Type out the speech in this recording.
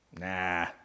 nah